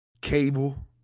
cable